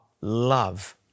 love